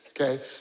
Okay